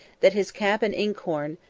that his cap and ink-horn,